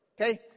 Okay